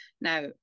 Now